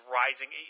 rising